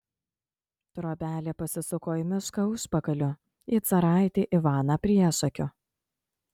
trobelė pasisuko į mišką užpakaliu į caraitį ivaną priešakiu